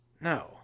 No